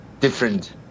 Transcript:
different